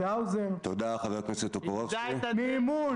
במינויים,